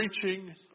preaching